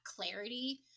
clarity